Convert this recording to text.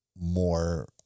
more